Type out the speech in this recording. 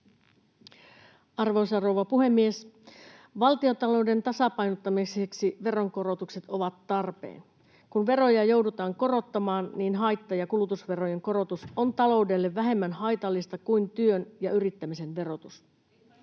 Arvoisa rouva puhemies! Valtiontalouden tasapainottamiseksi veronkorotukset ovat tarpeen. Kun veroja joudutaan korottamaan, niin haitta- ja kulutusverojen korotus on taloudelle vähemmän haitallista kuin työn ja yrittämisen verotus.